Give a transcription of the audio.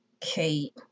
Kate